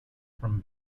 from